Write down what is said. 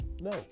no